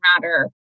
matter